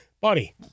Buddy